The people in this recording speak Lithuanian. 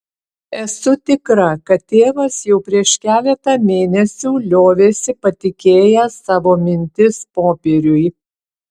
esu tikra kad tėvas jau prieš keletą mėnesių liovėsi patikėjęs savo mintis popieriui